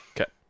Okay